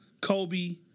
Kobe